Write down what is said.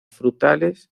frutales